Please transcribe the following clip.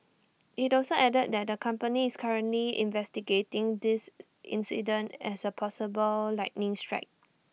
IT also added that the company is currently investigating this incident as A possible lightning strike